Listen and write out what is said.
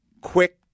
quick